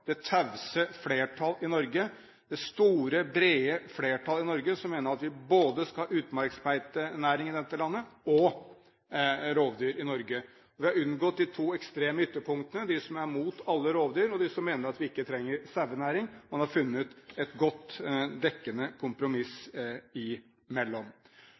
det tause flertallet i Norge, det store, brede flertallet i Norge, mener at vi skal ha både utmarksbeitenæring i Norge og rovdyr i Norge. Vi har unngått de to ekstreme ytterpunktene – dem som er imot alle rovdyr, og dem som mener at vi ikke trenger sauenæring – og vi har funnet et godt, dekkende kompromiss oss imellom.